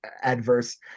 adverse